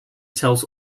tells